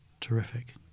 terrific